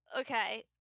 Okay